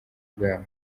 bwabo